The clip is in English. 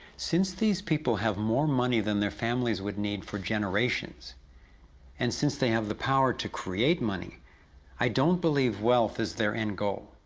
since these people have more money than their families would need for generations and since they have the power to create money i don't believe wealth is their endgoal.